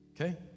okay